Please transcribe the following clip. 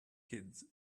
kids